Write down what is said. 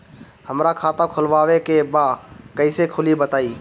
हमरा खाता खोलवावे के बा कइसे खुली बताईं?